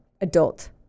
adult